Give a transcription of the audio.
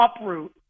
uproot